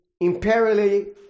imperially